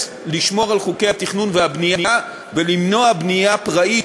לשמור על חוקי התכנון והבנייה ולמנוע בנייה פראית,